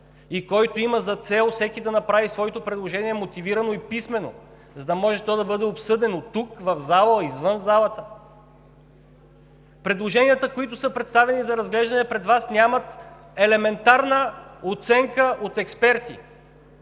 и който има за цел всеки да направи своето предложение мотивирано и писмено, за да може то да бъде обсъдено тук, в залата, извън залата. Предложенията, които са представени за разглеждане пред Вас, нямат елементарна оценка от експерти.